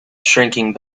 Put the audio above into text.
shrinking